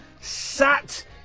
sat